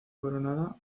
coronada